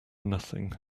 nothing